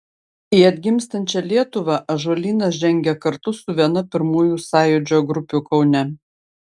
į atgimstančią lietuvą ąžuolynas žengė kartu su viena pirmųjų sąjūdžio grupių kaune